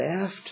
left